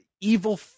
evil